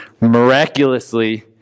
miraculously